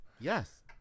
Yes